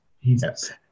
Yes